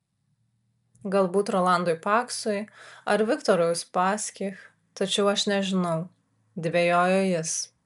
galbūt rolandui paksui ar viktorui uspaskich tačiau aš nežinau dvejojo jis